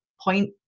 point